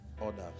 Order